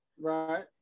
right